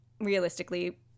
realistically